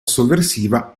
sovversiva